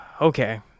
okay